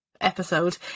episode